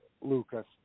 Lucas